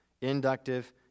Inductive